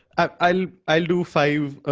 i'll i'll do five.